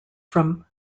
from